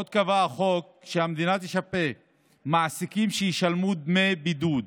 עוד קבע החוק שהמדינה תשפה מעסיקים שישלמו דמי בידוד.